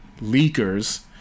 leakers